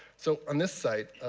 so on this site,